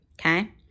okay